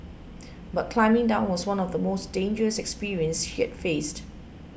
but climbing down was one of the most dangerous experience she has faced